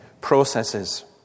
processes